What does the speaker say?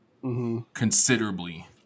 Considerably